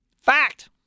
Fact